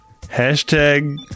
Hashtag